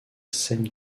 scène